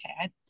okay